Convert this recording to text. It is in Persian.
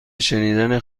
شنیدن